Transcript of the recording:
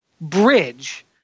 bridge